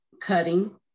cutting